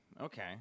Okay